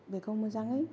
बेखौ मोजाङै